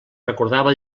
recordava